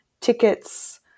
tickets